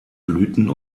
blüten